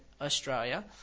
Australia